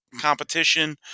competition